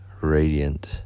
radiant